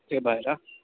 त्यही भएर